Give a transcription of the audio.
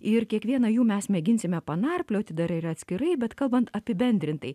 ir kiekvieną jų mes mėginsime panarplioti dar ir atskirai bet kalbant apibendrintai